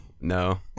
No